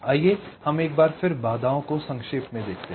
आइए हम एक बार फिर बाधाओं को संक्षेप में देखते हैं